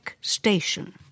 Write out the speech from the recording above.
station